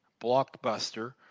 Blockbuster